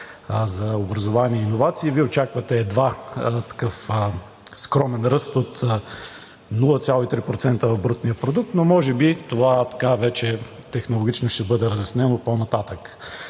за образование и иновации Вие очаквате едва такъв скромен ръст от 0,3% от брутния продукт, но може би това вече технологично ще бъде разяснено по-нататък?!